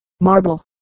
marble